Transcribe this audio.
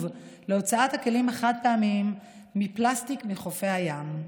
להוצאת הכלים החד-פעמיים מהפלסטיק מחופי הים.